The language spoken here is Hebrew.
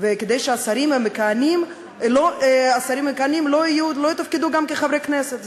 וכדי שהשרים המכהנים לא יתפקדו גם כחברי כנסת,